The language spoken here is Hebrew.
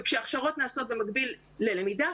וכשהכשרות נעשות במקביל ללמידה,